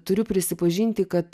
turiu prisipažinti kad